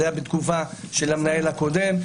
זה היה בתקופה של המנהל הקודם,